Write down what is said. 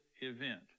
event